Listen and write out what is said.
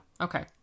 Okay